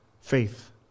faith